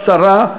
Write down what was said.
קצרה,